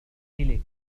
منزلك